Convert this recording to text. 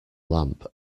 lamp